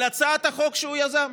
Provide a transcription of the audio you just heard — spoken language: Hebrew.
על הצעת החוק שהוא יזם.